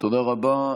תודה רבה.